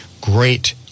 great